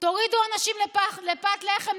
ותורידו אנשים לפת לחם,